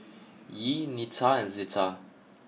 Yee Neta and Zeta